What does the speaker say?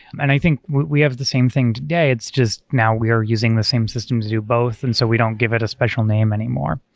and i think we have the same thing today. it's just now we are using the same systems to do both, and so we don't give it a special name anymore.